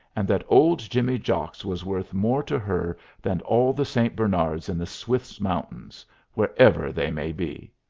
and that old jimmy jocks was worth more to her than all the st. bernards in the swiss mountains wherever they may be.